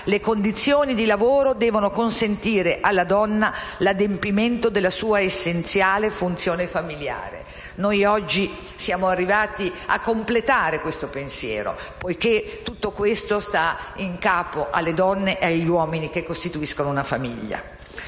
«Le condizioni di lavoro devono consentire alla donna l'adempimento della sua essenziale funzione familiare». Noi oggi siamo arrivati a completare questo pensiero, poiché tutto questo sta in capo agli uomini e alle donne che costituiscono una famiglia.